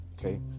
okay